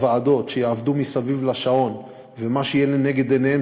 שיעבדו מסביב לשעון ומה שיהיה לנגד עיניהם